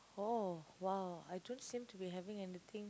oh !wow! I don't same to be having anything